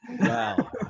Wow